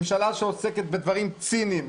ממשלה שעוסקת בדברים ציניים,